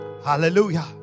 Hallelujah